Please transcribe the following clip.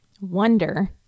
Wonder